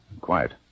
Quiet